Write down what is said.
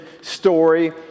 story